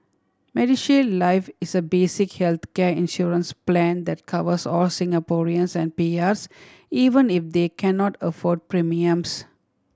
MediShield Life is a basic healthcare insurance plan that covers all Singaporeans and P Rs even if they cannot afford premiums